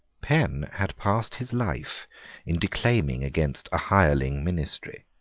penn had passed his life in declaiming against a hireling ministry.